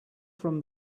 from